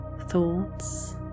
thoughts